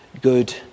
good